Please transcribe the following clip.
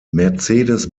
mercedes